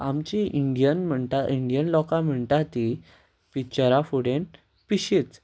आमी इंडियन म्हणटा इंडियन लोकां म्हणटा ती पिक्चरां फुडें पिशींच